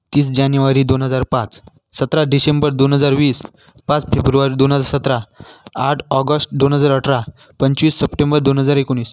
तीस जानेवारी दोन हजार पाच सतरा डिसेंबर दोन हजार वीस पाच फेब्रुवार दोन हजार सतरा आठ ऑगस्ट दोन हजार अठरा पंचवीस सप्टेंबर दोन हजार एकोणीस